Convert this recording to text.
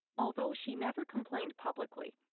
although she never complained publicly,